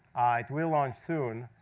it will launch soon.